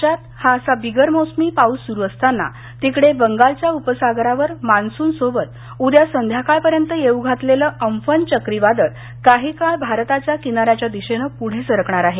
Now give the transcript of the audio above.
राज्यात हा असा बिगर मोसमी पाऊस सुरू असताना तिकडे बंगालच्या उपसागरावर मान्सून सोबत उद्या संध्याकाळपर्यंत येऊ घातलेलं अंफन चक्रीवादळ काही काळ भारताच्या किनार्यायच्या दिशेनं पुढे सरकणार आहे